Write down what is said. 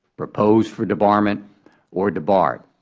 proposed for debarment or debarred.